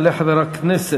יעלה חבר הכנסת